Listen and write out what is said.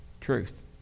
truth